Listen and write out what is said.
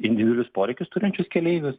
individualius poreikius turinčius keleivius